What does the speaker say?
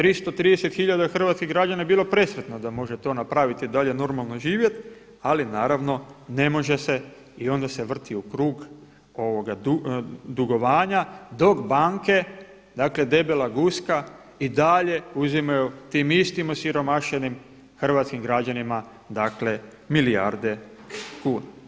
330 hiljada hrvatskih građana bi bilo presretno da može to napraviti i dalje normalno živjeti ali naravno ne može se i onda se vrti u krug dugovanja dok banke, dakle debela guska i dalje uzimaju tim istim osiromašenih hrvatskim građanima dakle milijarde kuna.